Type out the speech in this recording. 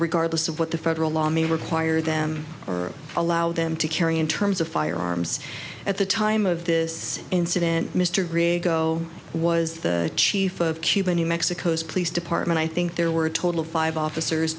regardless of what the federal law may require them or allow them to carry in terms of firearms at the time of this incident mr grig zero was the chief of cuban new mexico's police department i think there were a total of five officers